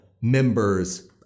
members